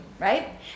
right